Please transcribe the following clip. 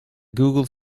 google